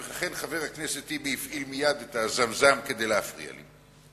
ולכן חבר הכנסת טיבי הפעיל מייד את הזמזם כדי להפריע לי,